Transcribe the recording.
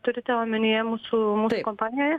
turite omenyje mūsų kompanijoj